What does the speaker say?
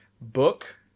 book